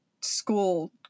school